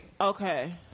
Okay